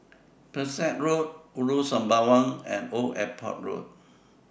Pesek Road Ulu Sembawang and Old Airport Road